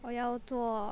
我要做